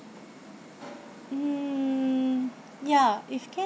mm ya if can